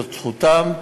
זאת זכותם,